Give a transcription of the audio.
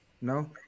No